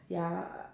ya